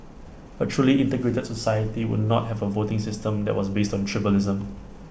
A truly integrated society would not have A voting system that was based on tribalism